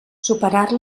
superar